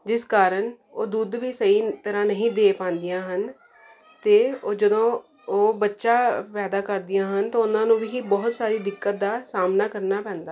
ਜਿਸ ਕਾਰਨ ਉਹ ਦੁੱਧ ਵੀ ਸਹੀ ਤਰ੍ਹਾਂ ਨਹੀਂ ਦੇ ਪਾਉਂਦੀਆਂ ਹਨ ਅਤੇ ਉਹ ਜਦੋਂ ਉਹ ਬੱਚਾ ਪੈਦਾ ਕਰਦੀਆਂ ਹਨ ਤਾਂ ਉਹਨਾਂ ਨੂੰ ਵੀ ਬਹੁਤ ਸਾਰੀ ਦਿੱਕਤ ਦਾ ਸਾਹਮਣਾ ਕਰਨਾ ਪੈਂਦਾ ਹੈ